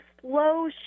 slow